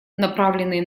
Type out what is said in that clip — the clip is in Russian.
направленные